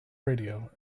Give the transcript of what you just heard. radio